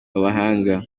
b’abahanga